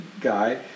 guy